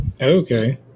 Okay